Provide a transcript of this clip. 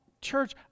church